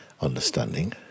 understanding